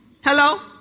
Hello